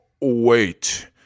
wait